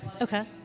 Okay